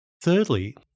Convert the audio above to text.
Thirdly